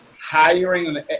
hiring